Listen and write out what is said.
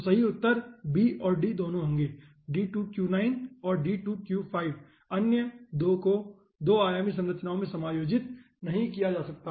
तो सही उत्तर b और d दोनों होंगे D2Q9 और D2Q5 अन्य 2 को 2 आयामी संरचनाओ में समायोजित नहीं किया जा सकता